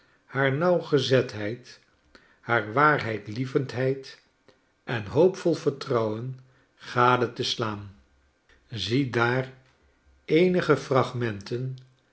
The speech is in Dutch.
haar nauwgezetheid haar waarheidlievendheid en hoopvol vertrouwen gade te slaan ziedaar eenige fragmenten